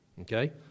Okay